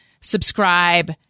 Subscribe